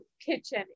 kitchen